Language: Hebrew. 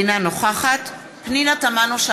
אינה נוכחת פנינה תמנו,